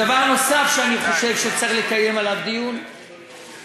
דבר נוסף שאני חושב שצריך לקיים עליו דיון זה